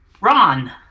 Ron